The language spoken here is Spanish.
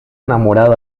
enamorado